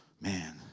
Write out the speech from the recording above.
man